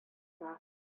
тора